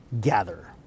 gather